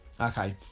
Okay